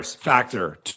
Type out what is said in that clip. factor